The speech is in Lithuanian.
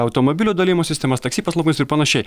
automobilių dalijimosi sistemas taksi paslaugas ir panašiai